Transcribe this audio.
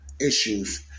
issues